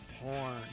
porn